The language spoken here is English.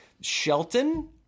shelton